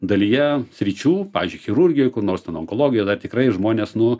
dalyje sričių pavyzdžiui chirurgijoj kur nors ten onkologijoj dar tikrai žmonės nu